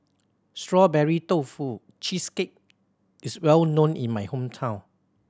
Strawberry Tofu Cheesecake is well known in my hometown